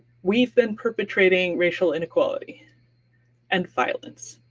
we've been perpetrating racial inequality and violence.